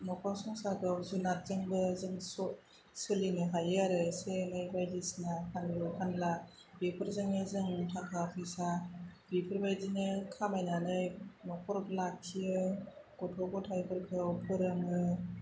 नखर संसारखौ जुनारजोंबो जों स' सोलिनो हायो आरो एसे एनै बायदिसिना फानलु फानला बेफोरजोंनो जों थाखा फैसा बेफोरबायदिनो खामायनानै नखर लाखियो गथ' ग'थायफोरखौ फोरोङो